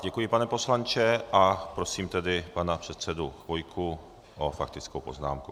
Děkuji, pane poslanče, a prosím pana předsedu Chvojku o faktickou poznámku.